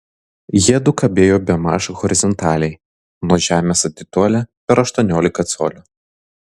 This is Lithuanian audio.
jiedu kabėjo bemaž horizontaliai nuo žemės atitolę per aštuoniolika colių